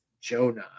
Jonah